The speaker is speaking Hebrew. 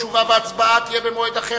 תשובה והצבעה יהיו במועד אחר,